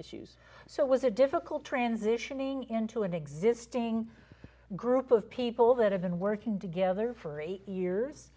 issues so it was a difficult transitioning into an existing group of people that have been working together for eight years